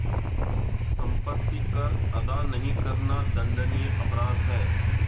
सम्पत्ति कर अदा नहीं करना दण्डनीय अपराध है